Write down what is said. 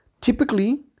Typically